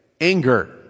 anger